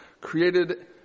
created